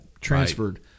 transferred